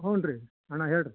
ಹ್ಞೂ ರೀ ಅಣ್ಣ ಹೇಳ್ರಿ